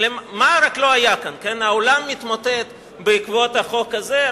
מה לא היה כאן, העולם התמוטט בעקבות החוק הזה.